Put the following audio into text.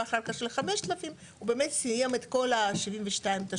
ואחר כך של 5000. הוא באמת סיים את כל ה-72 תשלומים.